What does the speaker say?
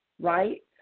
right